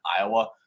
Iowa